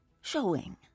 Showing